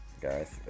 guys